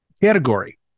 Category